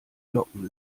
locken